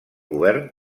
govern